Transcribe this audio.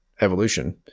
evolution